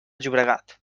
llobregat